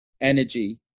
energy